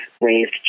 raised